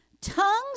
Tongues